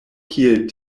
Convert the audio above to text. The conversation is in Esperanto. kiel